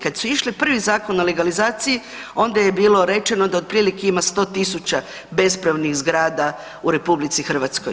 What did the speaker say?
Kad su išli prvi Zakon o legalizaciji onda je bilo rečeno da otprilike ima 100.000 bespravnih zgrada u RH.